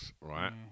right